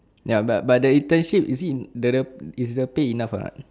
ya but but the internship is it in the the is the pay enough or not